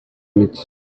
minutes